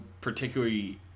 particularly